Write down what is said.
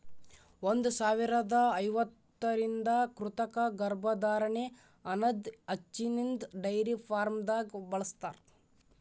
ಒಂದ್ ಸಾವಿರದಾ ಐವತ್ತರಿಂದ ಕೃತಕ ಗರ್ಭಧಾರಣೆ ಅನದ್ ಹಚ್ಚಿನ್ದ ಡೈರಿ ಫಾರ್ಮ್ದಾಗ್ ಬಳ್ಸತಾರ್